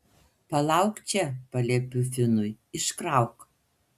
palauk čia paliepiu finui iškrauk